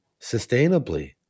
sustainably